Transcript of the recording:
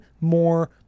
more